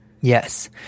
Yes